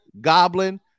Goblin